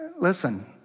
listen